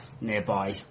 Nearby